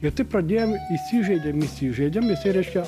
ir taip pradėjom įsižaidėm įsižaidėm jisai reiškia